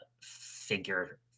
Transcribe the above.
figure